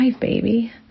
baby